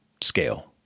scale